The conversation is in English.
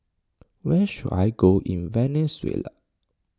where should I go in Venezuela